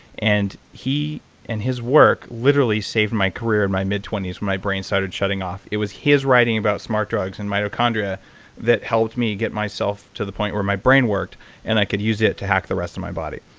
and he and his work literally saved my career in my mid twenty s when my brain started shutting off. it was his writing about smart drugs and mitochondria that helped me get myself to the point where my brain worked and i could use it to hack the rest of my body.